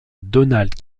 donald